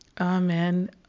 Amen